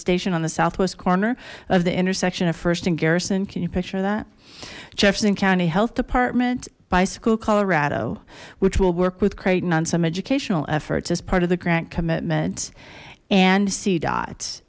station on the southwest corner of the intersection of first and garrison can you picture that jefferson county health department bicycle colorado which will work with creighton on some educational efforts as part of the grant commitment and see dot